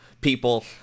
people